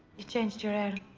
you changed your hair.